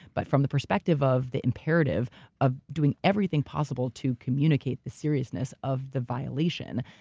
but from the perspective of the imperative of doing everything possible to communicate the seriousness of the violation,